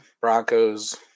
Broncos